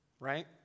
Right